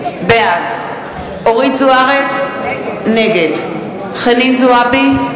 בעד אורית זוארץ, נגד חנין זועבי,